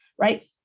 Right